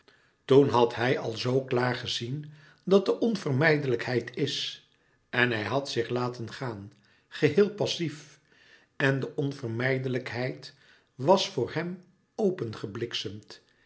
toen had hij al zoo klaar gezien dat de onvermijdelijkheid is en hij had zich laten gaan geheel passief en de onvermijdelijkheid was voor hem